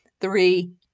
three